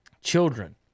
children